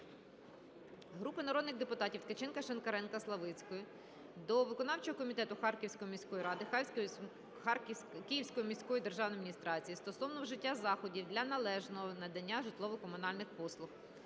Групи народних депутатів (Ткаченка, Шинкаренка, Славицької) до виконавчого комітету Харківської міської ради, Київської міської державної адміністрації стосовно вжиття заходів для належного надання житлово-комунальних послуг.